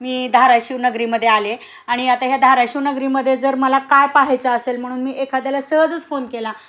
मी धाराशिव नगरीमध्ये आले आणि आता ह्या धाराशिव नगरीमध्ये जर मला काय पाहायचं असेल म्हणून मी एखाद्याला सहजच फोन केला